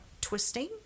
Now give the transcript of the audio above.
twisting